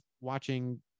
watching